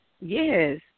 Yes